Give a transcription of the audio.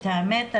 את האמת,